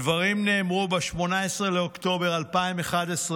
הדברים נאמרו ב-18 באוקטובר 2011,